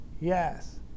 Yes